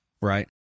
right